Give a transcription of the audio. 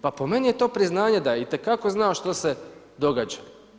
Pa po meni je to priznanje da je itekako znao što se događa.